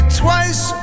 twice